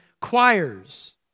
choirs